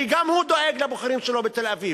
כי גם הוא דואג לבוחרים שלו בתל-אביב.